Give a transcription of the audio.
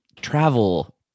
travel